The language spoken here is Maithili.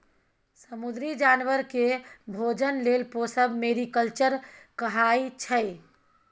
समुद्री जानबर केँ भोजन लेल पोसब मेरीकल्चर कहाइ छै